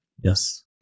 Yes